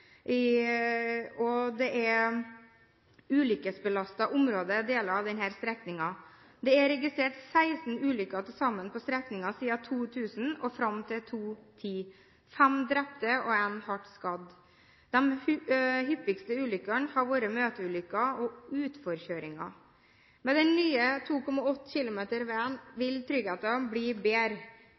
og deler av denne strekningen er et ulykkesbelastet område. Det er registrert til sammen 16 ulykker på strekningen fra 2000 og fram til 2010 – fem drepte og én hardt skadd. De hyppigste ulykkene har vært møteulykker og utforkjøringer. Med den nye 2,8 km lange veien vil tryggheten bli bedre.